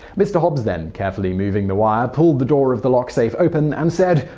mr. hobbs then carefully moving the wire, pulled the door of the like safe open and said,